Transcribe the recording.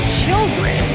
children